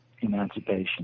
Emancipation